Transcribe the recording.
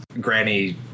Granny